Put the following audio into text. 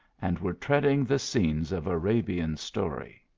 and were treacling the scenes of arabian story,